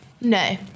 No